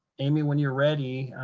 amy, when you're ready,